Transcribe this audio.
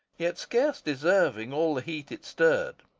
yet scarce deserving all the heat it stirred.